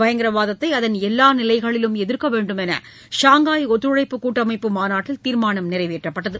பயங்கரவாதத்தை அதன் எல்லா நிலைகளிலும் எதிர்க்க வேண்டும் என்று ஷாங்காய் ஒத்துழைப்பு கூட்டமைப்பு மாநாட்டில் தீர்மானம் நிறைவேற்றப்பட்டது